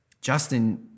Justin